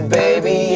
baby